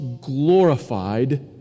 glorified